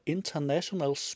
International